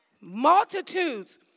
multitudes